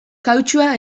kautxua